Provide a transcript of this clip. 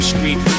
Street